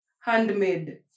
handmade